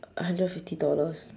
uh hundred fifty dollars